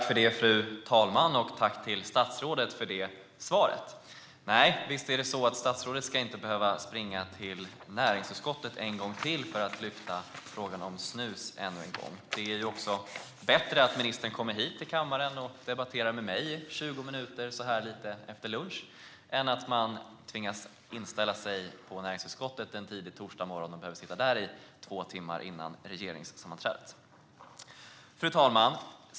Fru ålderspresident! Tack, statsrådet, för det svaret! Visst är det så att statsrådet inte ska behöva springa till näringsutskottet en gång till för att lyfta upp frågan om snus ännu en gång. Det är bättre att ministern kommer hit till kammaren och debatterar med mig i 20 minuter så här lite efter lunch än att man tvingas inställa sig hos näringsutskottet en tidig torsdagsmorgon och behöver sitta där i två timmar före regeringssammanträdet. Fru ålderspresident!